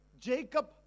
Jacob